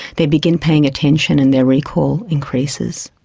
they begin paying attention and their recall increases.